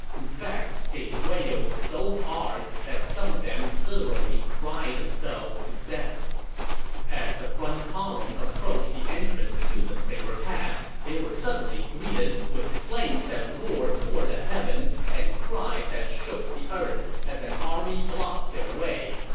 in fact, they wailed so hard that some of them literally cried themselves to death as the front column approached the entrance to the saber pass, they were suddenly greeted with flames that roared toward the sky and cries that shook the earth as an army blocked their way.